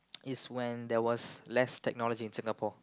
is when there was less technology in Singapore